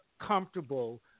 comfortable